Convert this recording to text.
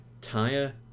tire